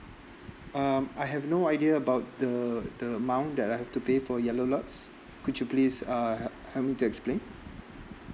um I have no idea about the the amount that I have to pay for yellow lots could you please uh help me to explain